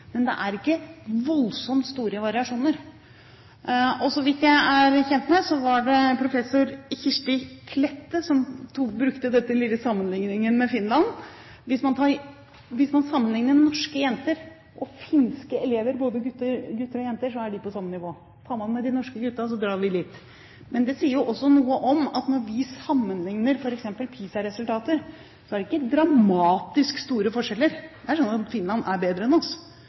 Men det er ikke voldsomt store variasjoner. Så vidt jeg er kjent med, var det professor Kirsti Klette som brukte denne lille sammenlikningen med Finland. Hvis man sammenlikner norske jenter og finske elever – både gutter og jenter – er de på samme nivå. Tar man med norske gutter, dras vi litt ned. Men det sier jo også noe om at når vi sammenlikner f.eks. PISA-resultater, så er det ikke dramatisk store forskjeller. Det er sånn at Finland er bedre enn oss,